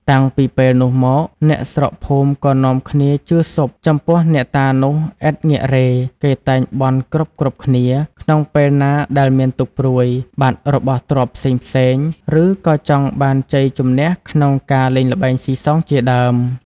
តាំងពីពេលនោះមក អ្នកស្រុកភូមិក៏នាំគ្នាជឿស៊ប់ ចំពោះអ្នកតានោះឥតងាករេ គេតែងបន់គ្រប់ៗគ្នា ក្នុងពេលណាដែលមានទុក្ខព្រួយ បាត់របស់ទ្រព្យផ្សេងៗ ឬ ក៏ចង់បានជ័យជម្នះក្នុងការលេងល្បែងស៊ីសង ជាដើម ។